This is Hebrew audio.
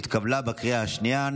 התקבלה בקריאה השנייה.